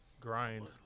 grind